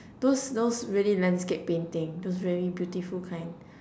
those those really landscape painting those very beautiful kind